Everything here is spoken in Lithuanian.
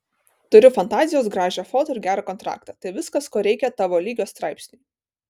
turi fantazijos gražią foto ir gerą kontraktą tai viskas ko reikia tavo lygio straipsniui